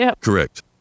Correct